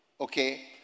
okay